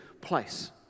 place